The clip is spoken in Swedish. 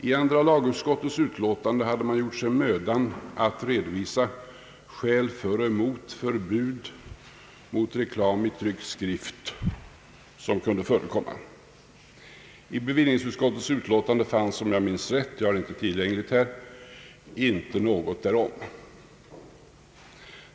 I andra lagutskottets utlåtande hade man gjort sig mödan att redovisa skäl för och emot förbud mot den reklam i tryckt skrift som kunde förekomma. I bevillningsutskottets betänkande fanns inte — om jag minns rätt, jag har inte det tillgängligt här — någonting därom.